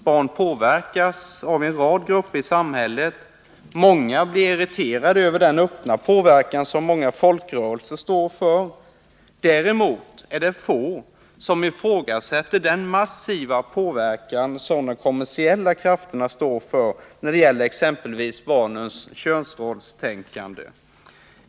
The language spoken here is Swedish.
Barnen påverkas av en rad grupper i samhället. Många blir irriterade över den öppna påverkan som många folkrörelser står för. Däremot är det få som ifrågasätter den massiva påverkan som de kommersiella krafterna står för när det exempelvis gäller barnens könsrollstänkande.